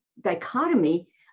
dichotomy